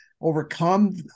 overcome